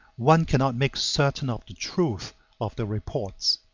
one cannot make certain of the truth of their reports.